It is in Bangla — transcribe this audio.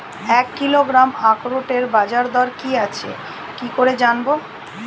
এক কিলোগ্রাম আখরোটের বাজারদর কি আছে কি করে জানবো?